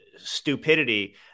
stupidity